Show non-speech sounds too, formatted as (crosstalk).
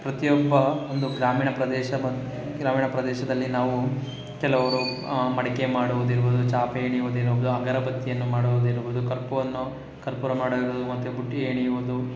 ಪ್ರತಿಯೊಬ್ಬ ಒಂದು ಗ್ರಾಮೀಣ ಪ್ರದೇಶ ಬನ್ ಗ್ರಾಮೀಣ ಪ್ರದೇಶದಲ್ಲಿ ನಾವೂ ಕೆಲವರು ಮಡಿಕೆ ಮಾಡುವುದಿರ್ಬೋದು ಚಾಪೆ ಹೆಣೆಯೋದಿರ್ಬೋದು ಅಗರ ಬತ್ತಿಯನ್ನು ಮಾಡುವುದಿರ್ಬೋದು ಕರ್ಪೂರವನ್ನು ಕರ್ಪೂರ ಮಾಡೋ (unintelligible) ಮತ್ತು ಬುಟ್ಟಿ ಹೆಣೆಯುವುದು